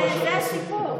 זה הסיפור,